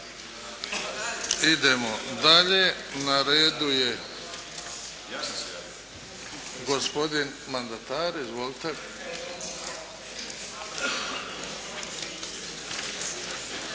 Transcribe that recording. Idemo dalje. Na redu je gospodin mandatar izvolite.